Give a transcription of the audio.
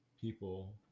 people